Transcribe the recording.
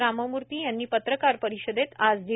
रामामूर्ती यांनी पत्रकार परिषदेत आज दिली